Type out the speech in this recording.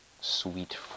Sweet